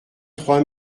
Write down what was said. trois